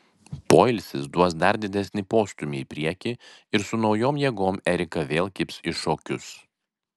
poilsis duos dar didesnį postūmį į priekį ir su naujom jėgom erika vėl kibs į šokius